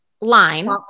line